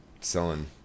selling